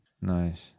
Nice